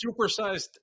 supersized